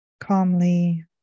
calmly